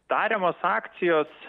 tariamos akcijos